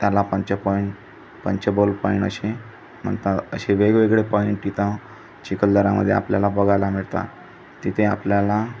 त्याला Panch point Panchbol point असे म्हणतात अशे वेगवेगळे पॉईंट तिथं चिखलदरामध्ये आपल्याला बघायला मिळतात तिथे आपल्याला